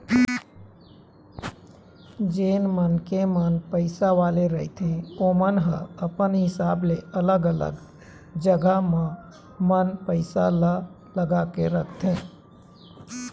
जेन मनखे मन पइसा वाले रहिथे ओमन ह अपन हिसाब ले अलग अलग जघा मन म पइसा लगा के रखथे